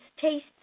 taste